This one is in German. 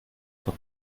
von